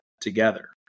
together